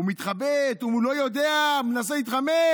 הוא מתחבט, הוא לא יודע, מנסה להתחמק,